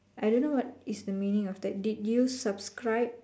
I don't know what is the meaning of that did you subscribe